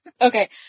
Okay